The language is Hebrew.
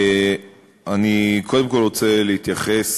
אני קודם כול רוצה להתייחס